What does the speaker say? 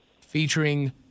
featuring